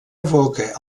evoca